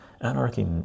anarchy